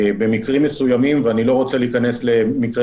במקרים מסוימים ואני לא רוצה להיכנס למקרה